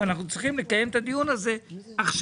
אנחנו צריכים לקיים את הדיון הזה עכשיו.